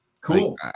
Cool